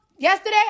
Yesterday